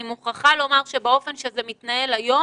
אני מוכרחה לומר שבאופן שזה מתנהל היום,